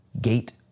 gate